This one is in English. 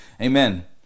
Amen